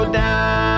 down